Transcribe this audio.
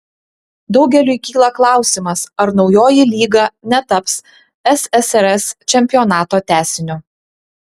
daugeliui kyla klausimas ar naujoji lyga netaps ssrs čempionato tęsiniu